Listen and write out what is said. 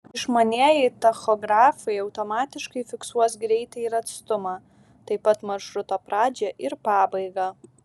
išmanieji tachografai automatiškai fiksuos greitį ir atstumą taip pat maršruto pradžią ir pabaigą